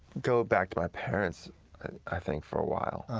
go back to my parents i think for a while.